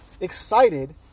excited